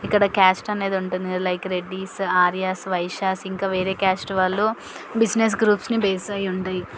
ఇక్కడ క్యాస్ట్ అనేది ఉంటుంది లైక్ రెడ్డీస్ ఆర్యాస్ వైశ్యాస్ ఇంకా వేరే క్యాస్ట్ వాళ్ళు బిజినెస్ గ్రూప్స్ని బేస్ అయి ఉంటయి